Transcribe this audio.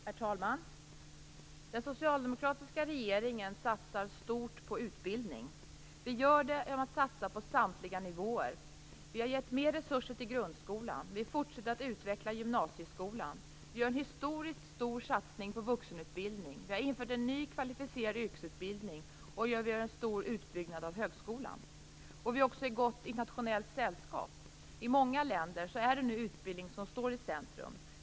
Herr talman! Den socialdemokratiska regeringen satsar stort på utbildning. Vi gör det genom att satsa på samtliga nivåer: Vi har gett mer resurser till grundskolan. Vi fortsätter att utveckla gymnasieskolan. Vi gör en historiskt stor satsning på vuxenutbildning. Vi har infört en ny kvalificerad yrkesutbildning. Vi gör en stor utbyggnad av högskolan. Vi är i gott internationellt sällskap. I många länder är det utbildning som står i centrum.